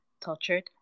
tortured